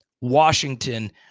Washington